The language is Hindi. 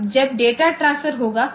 अब जब डेटा ट्रांसफर होगा